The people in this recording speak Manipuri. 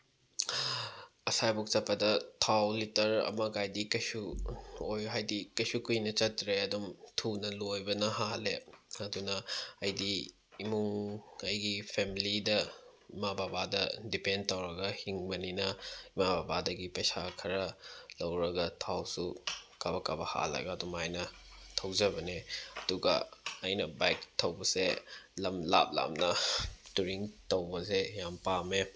ꯑꯁꯥꯏ ꯐꯥꯎꯕ ꯆꯠꯄꯗ ꯊꯥꯎ ꯂꯤꯇꯔ ꯑꯃ ꯃꯈꯥꯏꯗꯤ ꯀꯩꯁꯨ ꯍꯥꯏꯗꯤ ꯀꯩꯁꯨ ꯀꯨꯏꯅ ꯆꯠꯇ꯭ꯔꯦ ꯑꯗꯨꯝ ꯊꯨꯅ ꯂꯣꯏꯕꯅ ꯍꯥꯜꯂꯦ ꯑꯗꯨꯅ ꯍꯥꯏꯗꯤ ꯏꯃꯨꯡ ꯑꯩꯒꯤ ꯐꯦꯃꯤꯂꯤꯗ ꯏꯃꯥ ꯕꯕꯥꯗ ꯗꯤꯄꯦꯟ ꯇꯧꯔꯒ ꯍꯤꯡꯕꯅꯤꯅ ꯏꯃꯥ ꯕꯕꯥꯗꯒꯤ ꯄꯩꯁꯥ ꯈꯔ ꯂꯧꯔꯒ ꯊꯥꯎꯁꯨ ꯀꯥꯕꯛ ꯀꯥꯕꯛ ꯍꯥꯜꯂꯒ ꯑꯗꯨꯃꯥꯏꯅ ꯊꯧꯖꯕꯅꯦ ꯑꯗꯨꯒ ꯑꯩꯅ ꯕꯥꯏꯛ ꯊꯧꯕꯁꯦ ꯂꯝ ꯂꯥꯞ ꯂꯥꯞꯅ ꯇꯨꯔꯤꯡ ꯇꯧꯕꯁꯦ ꯌꯥꯝ ꯄꯥꯝꯃꯦ